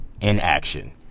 inaction